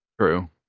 True